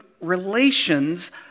relations